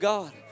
God